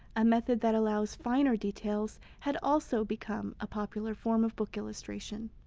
a method that allows finer details, had also become a popular form of book illustration.